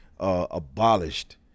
Abolished